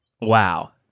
Wow